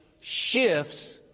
shifts